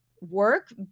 work